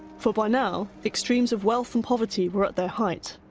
for, by now, extremes of wealth and poverty were at their height.